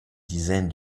dizaine